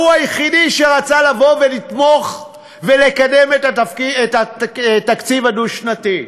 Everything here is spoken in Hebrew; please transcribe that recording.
שהוא היחידי שרצה לבוא ולתמוך ולקדם את התקציב הדו-שנתי.